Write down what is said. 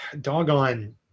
doggone